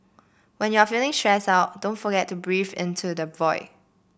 when you are feeling stressed out don't forget to breathe into the void